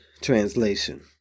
Translation